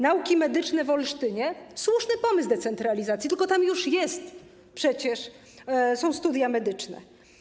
Nauki medyczne w Olsztynie - słuszny pomysł decentralizacji, tylko tam już przecież są studia medyczne.